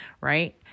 right